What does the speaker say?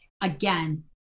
Again